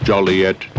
Joliet